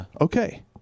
Okay